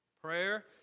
Prayer